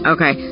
Okay